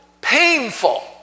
painful